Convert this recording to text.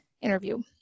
interview